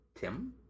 Tim